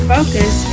Focus